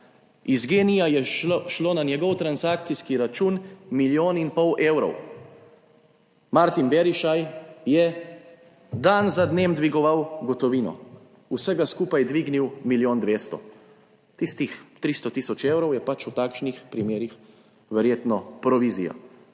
Iz Gen-I-ja je šlo na njegov transakcijski račun milijon in pol evrov. Martin Berišaj je dan za dnem dvigoval gotovino, vsega skupaj je dvignil milijon 200; tistih 300 tisoč evrov je pač v takšnih primerih verjetno provizija.